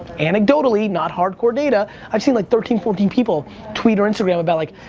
anecdotally, not hardcore data, i've seen like thirteen, fourteen people tweet or instagram about like,